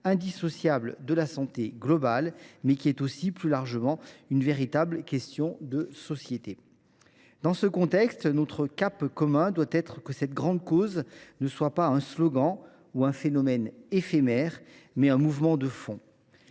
indissociable de la santé globale, mais qui est aussi, plus largement, une véritable question de société. Dans ce contexte, nous devons avoir un cap commun : faire en sorte que cette grande cause soit non pas un slogan ou un phénomène éphémère, mais un mouvement de fond.